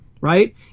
right